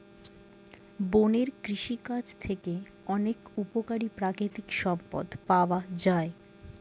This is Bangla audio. বনের কৃষিকাজ থেকে অনেক উপকারী প্রাকৃতিক সম্পদ পাওয়া যায়